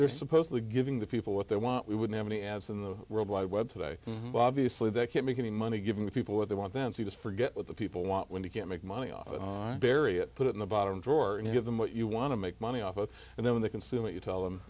they're supposed to be giving the people what they want we wouldn't have any ads in the world wide web today obviously they can't make a the money giving people what they want them to just forget what the people want when they get make money off bury it put it in the bottom drawer and have them what you want to make money off of and then when they consume it you tell them